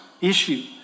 issue